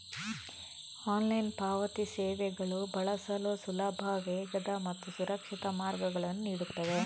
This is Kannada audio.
ಆನ್ಲೈನ್ ಪಾವತಿ ಸೇವೆಗಳು ಬಳಸಲು ಸುಲಭ, ವೇಗದ ಮತ್ತು ಸುರಕ್ಷಿತ ಮಾರ್ಗಗಳನ್ನು ನೀಡುತ್ತವೆ